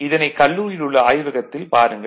இதனைக் கல்லூரியில் உள்ள ஆய்வகத்தில் பாருங்கள்